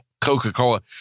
Coca-Cola